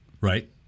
Right